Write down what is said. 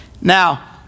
Now